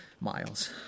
Miles